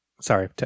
sorry